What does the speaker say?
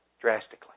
drastically